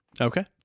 Okay